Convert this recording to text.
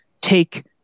take